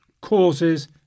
Causes